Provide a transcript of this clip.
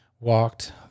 walked